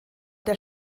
der